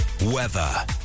Weather